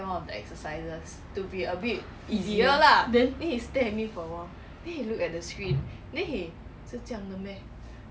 orh